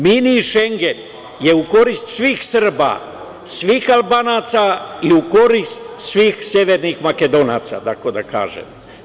Mini Šengen“ je u korist svih Srba, svih Albanaca i u korist svih Severno Makedonaca, tako da kažem.